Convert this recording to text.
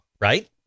right